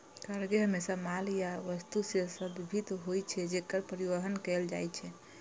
cargo हमेशा माल या वस्तु सं संदर्भित होइ छै, जेकर परिवहन कैल जाइ छै